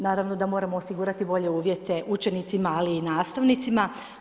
Naravno da moramo osigurati bolje uvjete učenicima, ali i nastavnicima.